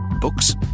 Books